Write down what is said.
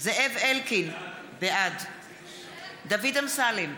זאב אלקין, בעד דוד אמסלם,